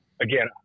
again